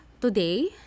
today